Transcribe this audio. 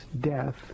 death